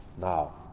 Now